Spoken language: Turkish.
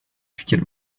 fikir